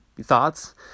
Thoughts